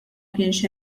kienx